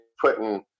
putting